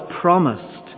promised